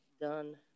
done